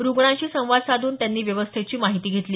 रुग्णांशी संवाद साधून त्यांनी व्यवस्थेची माहिती घेतली